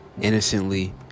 Innocently